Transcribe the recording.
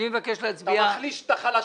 אתה מחליש את החלשים.